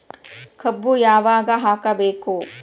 ಕಬ್ಬು ಯಾವಾಗ ಹಾಕಬೇಕು?